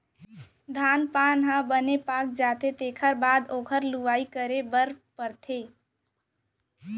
धान पान ह बने पाक जाथे तेखर बाद म ओखर लुवई करे बर परथे